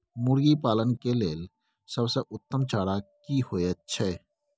मुर्गी पालन के लेल सबसे उत्तम चारा की होयत छै?